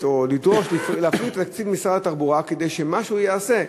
או לדרוש להפריד את תקציב משרד התחבורה כדי שמשהו ייעשה.